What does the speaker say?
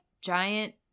giant